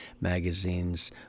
magazines